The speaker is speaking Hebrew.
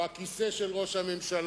או הכיסא של ראש הממשלה,